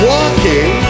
Walking